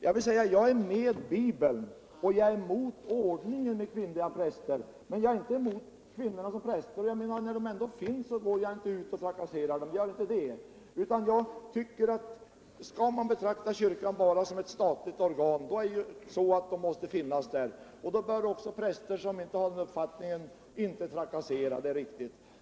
Jag vill säga: Jag är med Bibeln och emot ordningen med kvinnliga präster, men jag är inte cmot kvinnorna som präster. När de ändå finns trakasserar jag dem inte. Skall man betrakta kyrkan bara som ett statligt organ måste de finnas där, och då bör också präster som inte har den nya uppfattningen inte trakassera — det är riktigt.